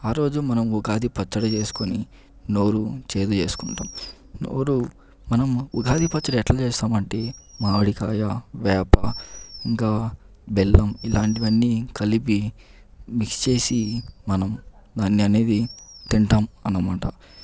ఆ రోజు మనం ఉగాది పచ్చడి చేసుకొని నోరు చేదు చేసుకుంటాం నోరు మనం ఉగాది పచ్చడి ఎట్లా చేస్తామంటే మామిడికాయ వేప ఇంకా బెల్లం ఇలాంటివన్నీ కలిపి మిక్స్ చేసి మనం దాన్ని అనేది తింటాం అనమాట